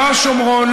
לא השומרון,